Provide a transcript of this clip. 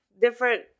different